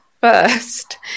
first